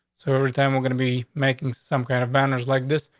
so every time we're gonna be making some kind of banners like this.